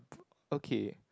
okay